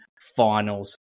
finals